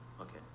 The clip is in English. Okay